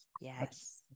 yes